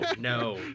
no